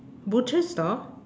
butcher store